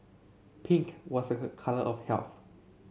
pink was her colour of health